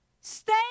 Stay